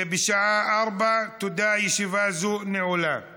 בשעה 16:00. ישיבה זאת נעולה.